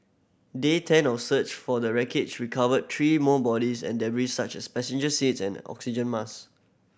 day ten of search for the wreckage recovered three more bodies and debris such as passenger seat and oxygen mask